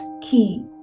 key